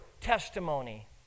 testimony